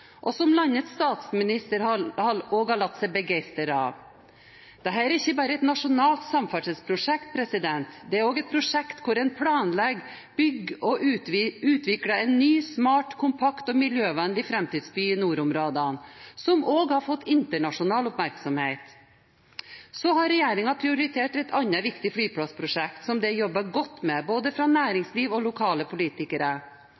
og som landets statsminister òg har latt seg begeistre av. Dette er ikke bare et nasjonalt samferdselsprosjekt. Det er et prosjekt hvor en planlegger, bygger og utvikler en ny, smart, kompakt og miljøvennlig framtidsby i nordområdene, og som også har fått internasjonal oppmerksomhet. Så har regjeringen prioritert et annet viktig flyplassprosjekt som det er jobbet godt med både fra